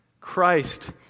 Christ